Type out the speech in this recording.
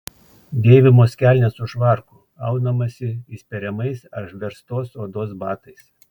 dėvimos kelnės su švarku aunamasi įspiriamais ar verstos odos batais